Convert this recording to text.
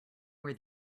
where